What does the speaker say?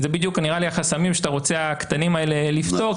זה בדיוק החסמים הקטנים האלה שנראה לי שאתה רוצה לפתור.